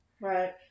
Right